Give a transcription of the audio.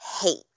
hate